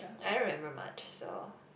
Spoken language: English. I don't remember much so